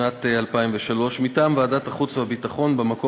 שנת 2003. מטעם ועדת החוץ והביטחון: במקום